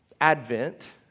Advent